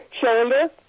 shoulder